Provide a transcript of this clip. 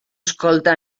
escolta